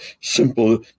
simple